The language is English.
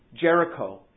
Jericho